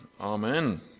amen